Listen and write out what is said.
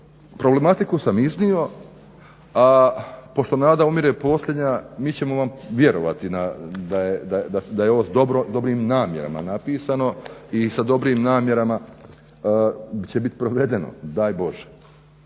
problematiku sam iznio a pošto nada umire posljednja mi ćemo vam vjerovati da je ovo s dobrim namjerama napisano i sa dobrim namjerama će biti provedeno, daj Bože,